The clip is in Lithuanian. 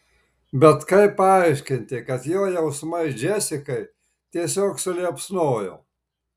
bet kaip paaiškinti kad jo jausmai džesikai tiesiog suliepsnojo